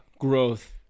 growth